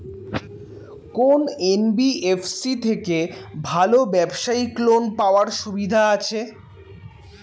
কোন এন.বি.এফ.সি থেকে ভালো ব্যবসায়িক লোন পাওয়ার সুবিধা আছে?